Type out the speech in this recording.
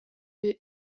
yeux